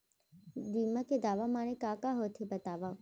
बीमा के दावा माने का होथे बतावव?